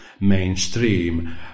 mainstream